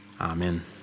Amen